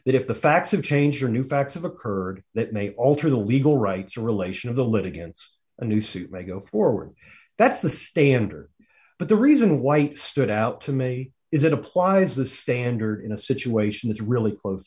that if the facts of change or new facts have occurred that may alter the legal rights or relation of the litigants a new suit may go forward that's the standard but the reason why stood out to me is it applies the standard in a situation it's really close